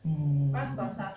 mm